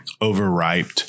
overripe